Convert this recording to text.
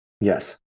Yes